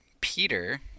Peter